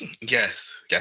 Yes